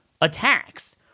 attacks